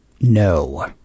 no